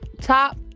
Top